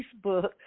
Facebook